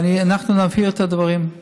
אנחנו נבהיר את הדברים.